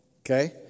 Okay